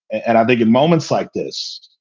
and i think in moments like this,